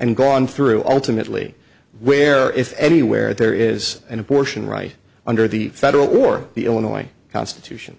and gone through ultimately where if anywhere there is an abortion right under the federal or the illinois constitution